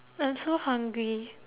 I'm so hungry